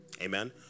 Amen